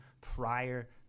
prior